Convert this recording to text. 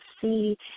see